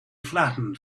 flattened